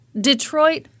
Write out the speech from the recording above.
Detroit